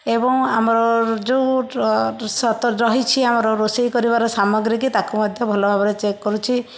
ଏବଂ ଆମର ଯେଉଁ ରହିଛି ଆମର ରୋଷେଇ କରିବାର ସାମଗ୍ରୀକି ତାକୁ ମଧ୍ୟ ଭଲ ଭାବରେ ଚେକ୍ କରୁଛି